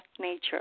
nature